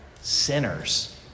sinners